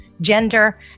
gender